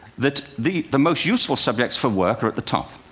that the the most useful subjects for work are at the top.